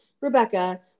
Rebecca